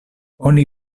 oni